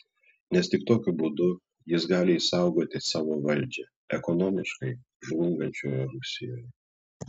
nes tik tokiu būdu jis gali išsaugoti savo valdžią ekonomiškai žlungančioje rusijoje